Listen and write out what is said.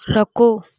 رکو